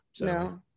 No